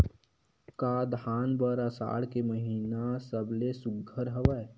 का धान बर आषाढ़ के महिना सबले सुघ्घर हवय?